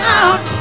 out